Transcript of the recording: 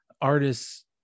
artists